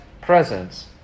presence